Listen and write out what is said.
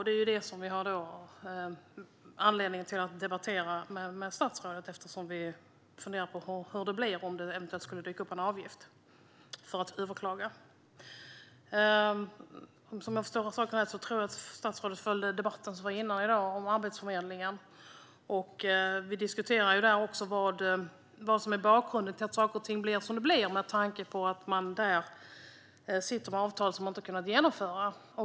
Det är därför vi har anledning att debattera med statsrådet - vi funderar på hur det blir om det eventuellt skulle dyka upp en avgift för att överklaga. Om jag förstår saken rätt följde statsrådet debatten om Arbetsförmedlingen tidigare i dag, där vi diskuterade bakgrunden till att saker och ting blir som de blir med tanke på att man sitter med avtal som man inte har kunnat genomföra.